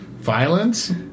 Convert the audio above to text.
Violence